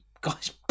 guys